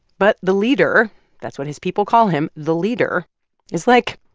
but the leader that's what his people call him the leader is like,